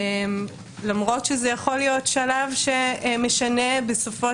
למרות שזה יכול להיות שלב שמשנה בסופו